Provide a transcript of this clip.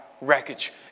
wreckage